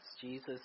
Jesus